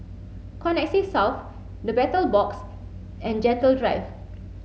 Connexis South The Battle Box and Gentle Drive